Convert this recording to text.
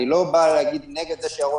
אני לא בא להגיד נגד הדברים שאמר ירון